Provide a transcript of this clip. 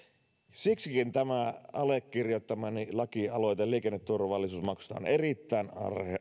siksikin tämä allekirjoittamani lakialoite liikenneturvallisuusmaksusta on erittäin